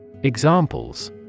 Examples